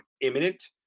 imminent